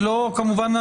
כמובן,